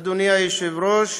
אדוני היושב-ראש,